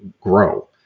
grow